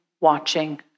watching